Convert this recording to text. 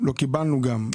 לא קיבלנו גם,